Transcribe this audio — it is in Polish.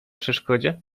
przeszkodzie